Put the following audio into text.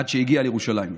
עד שהגיע לירושלים.